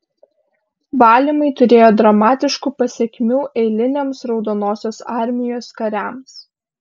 valymai turėjo dramatiškų pasekmių eiliniams raudonosios armijos kariams